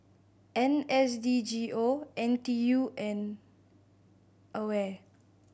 N S D G O N T U and AWARE